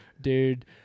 dude